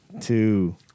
Two